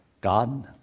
God